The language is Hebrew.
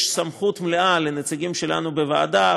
יש סמכות מלאה לנציגים שלנו בוועדה,